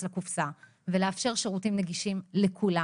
לקופסא ולאפשר שירותים נגישים לכולם.